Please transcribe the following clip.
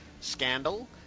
scandal